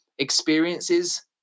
experiences